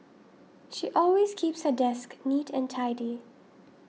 she always keeps her desk neat and tidy